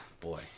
Boy